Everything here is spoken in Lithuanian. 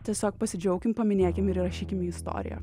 tiesiog pasidžiaukim paminėkim ir įrašykim į istoriją